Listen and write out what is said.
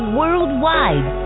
worldwide